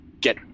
get